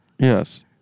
Yes